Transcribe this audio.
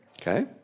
Okay